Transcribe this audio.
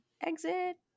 exit